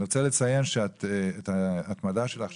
אני רוצה לציין את ההתמדה שלך,